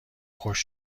خوش